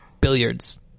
billiards